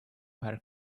her